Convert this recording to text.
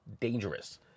dangerous